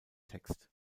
text